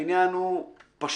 העניין הוא פשוט: